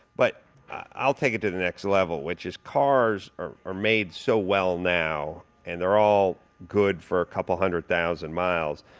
but i'll take it to the next level, which is cars are are made so well now and they're all good for a couple hundred thousand miles,